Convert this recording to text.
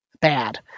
bad